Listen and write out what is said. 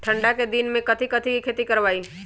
ठंडा के दिन में कथी कथी की खेती करवाई?